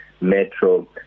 metro